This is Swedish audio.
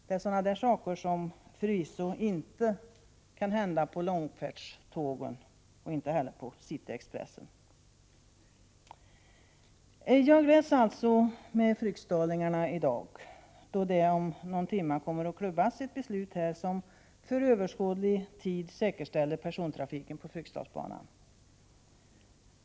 Det är sådant som förvisso inte kan hända på långfärdstågen — och inte heller på Cityexpressen. Jag gläds alltså med fryksdalingarna i dag, då det om någon timma kommer att klubbas ett beslut här som för överskådlig tid säkerställer persontrafiken på Fryksdalsbanan.